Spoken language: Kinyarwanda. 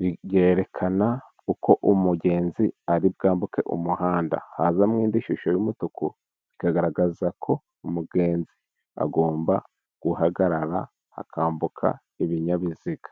bikerekana uko umugenzi ari bwambuke umuhanda, hazamo indi shusho y'umutuku, bikagaragaza ko umugenzi agomba guhagarara hakambuka ibinyabiziga.